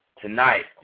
tonight